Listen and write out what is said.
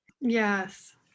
Yes